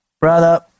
brother